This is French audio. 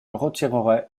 retirerai